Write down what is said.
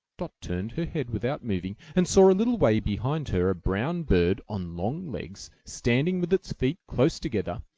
dot turned her head without moving, and saw a little way behind her a brown bird on long legs, standing with its feet close together,